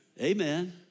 Amen